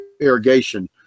irrigation